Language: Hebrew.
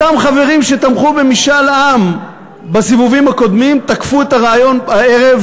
אותם חברים שתמכו במשאל עם בסיבובים הקודמים תקפו את הרעיון הערב,